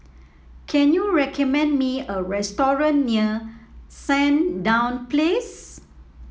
can you recommend me a restaurant near Sandown Place